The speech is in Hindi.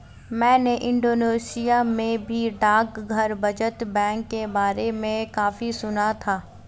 मैंने इंडोनेशिया में भी डाकघर बचत बैंक के बारे में काफी सुना था